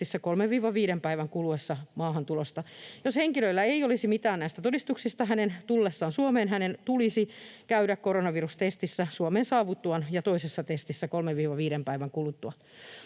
päivän kuluessa maahantulosta. Jos henkilöllä ei olisi mitään näistä todistuksista hänen tullessaan Suomeen, hänen tulisi käydä koronavirustestissä Suomeen saavuttuaan ja toisessa testissä kolmen—viiden päivän kuluttua.